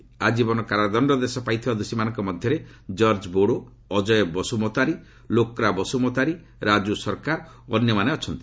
ଆଟ୍ଟୀବନ କାରାଦଶ୍ଡାଦେଶ ପାଇଥିବା ଦୋଷୀ ବ୍ୟକ୍ତିମାନଙ୍କ ମଧ୍ୟରେ ଜର୍ଜ ବୋଡ଼ୋ ଅଜୟ ବସ୍ତମତାରୀ ଲୋକା ବସ୍ତମତାରୀ ରାଜୁ ସର୍କାର ଓ ଅନ୍ୟମାନେ ଅଛନ୍ତି